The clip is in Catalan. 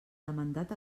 demandat